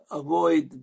avoid